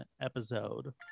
episode